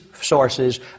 sources